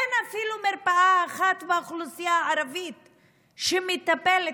אין אפילו מרפאה אחת לאוכלוסייה הערבית שמטפלת,